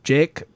Jake